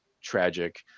tragic